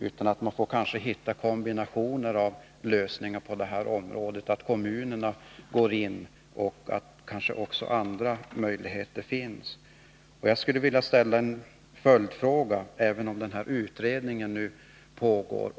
Man får kanske söka kombinationer av lösningar på detta område — att kommunerna går in eller att man väljer andra möjligheter. Jag skulle vilja ställa en följdfråga, även om utredning nu pågår.